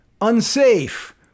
unsafe